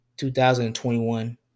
2021